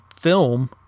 film